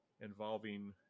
involving